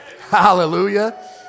Hallelujah